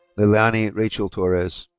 leilani rachel torres.